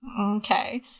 Okay